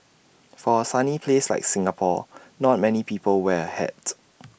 for A sunny place like Singapore not many people wear A hat